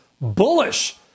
bullish